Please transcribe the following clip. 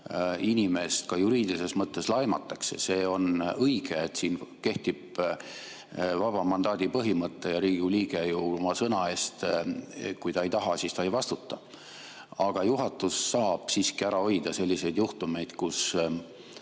inimest ka juriidilises mõttes laimatakse. See on õige, et siin kehtib vaba mandaadi põhimõte ja Riigikogu liige ju oma sõna eest, kui ta ei taha, siis ta ei vastuta. Aga juhatus saab siiski ära hoida selliseid juhtumeid, kus